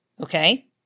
Okay